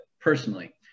personally